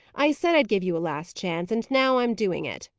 i said i'd give you a last chance, and now i am doing it,